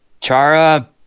Chara